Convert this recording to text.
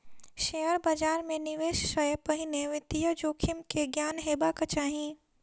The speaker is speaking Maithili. शेयर बाजार मे निवेश से पहिने वित्तीय जोखिम के ज्ञान हेबाक चाही